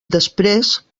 després